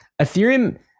Ethereum